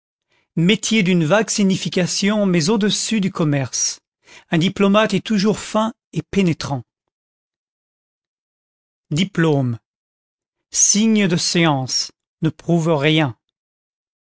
métier d'une vague signification mais au-dessus du commerce un diplomate est toujours fin et pénétrant diplôme signe de science ne prouve rien